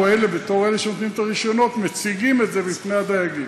אנחנו בתור אלה שנותנים את הרישיונות מציגים את זה בפני הדייגים,